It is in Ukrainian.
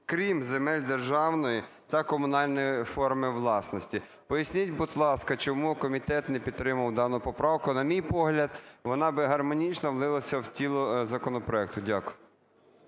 "крім земель державної та комунальної форми власності". Поясніть, будь ласка, чому комітет не підтримав дану поправку. На мій погляд, вона би гармонічно влилася в тіло законопроекту. Дякую.